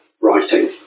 writing